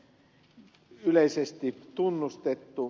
se on yleisesti tunnustettu